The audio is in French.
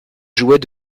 jouets